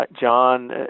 John